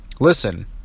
listen